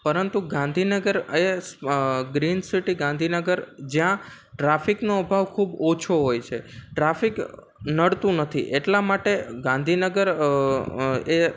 પરંતુ ગાંધીનગર એ green city Gandhinagar જ્યાં ટ્રાફિકનો અભાવ ખૂબ ઓછો હોય છે ટ્રાફિક નળતું નથી એટલા માટે ગાંધીનગર એ